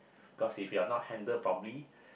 cause if you are not handle properly